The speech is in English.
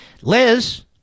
Liz